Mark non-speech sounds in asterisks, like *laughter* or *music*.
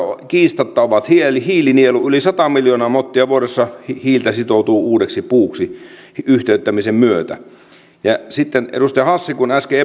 kiistatta ovat hiilinielu vuodessa yli sata miljoonaa mottia hiiltä sitoutuu uudeksi puuksi yhteyttämisen myötä sitten edustaja hassi äsken *unintelligible*